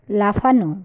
লাফানো